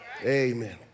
Amen